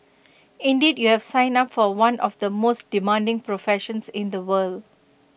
indeed you have signed up for one of the most demanding professions in the world